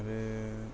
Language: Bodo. आरो